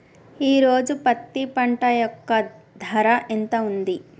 ఈ రోజు పత్తి పంట యొక్క ధర ఎంత ఉంది?